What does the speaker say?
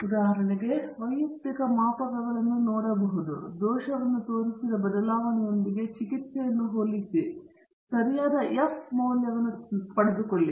ಉದಾಹರಣೆಗಾಗಿ ವೈಯಕ್ತಿಕ ಮಾಪಕಗಳನ್ನು ನಾವು ನೋಡಬಹುದು ದೋಷವನ್ನು ತೋರಿಸಿದ ಬದಲಾವಣೆಯೊಂದಿಗೆ ಚಿಕಿತ್ಸೆಯನ್ನು ಹೋಲಿಸು ಮತ್ತು ಸರಿಯಾದ ಎಫ್ ಮೌಲ್ಯವನ್ನು ಪಡೆದುಕೊಳ್ಳಿ